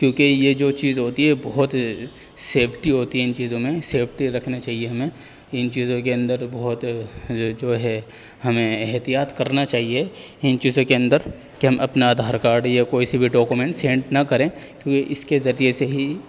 کیوںکہ یہ جو چیز ہوتی ہے بہت سیفٹی ہوتی ہے ان چیزوں میں سیفٹی رکھنی چاہیے ہمیں ان چیزوں کے اندر بہت جو ہے ہمیں احتیاط کرنا چاہیے ان چیزوں کے اندر کہ ہم اپنا آدھار کاڈ یا کوئی سا بھی ڈاکیومینٹ سینٹ نہ کریں کیوںکہ اس کے ذریعے سے ہی